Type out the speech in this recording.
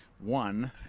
one